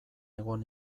egon